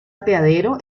apeadero